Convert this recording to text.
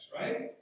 Right